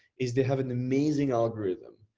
is they have an amazing algorithm.